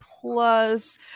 plus